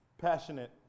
Passionate